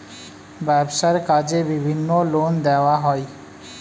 ব্যবসার কাজে বিভিন্ন লোন দেওয়া হয়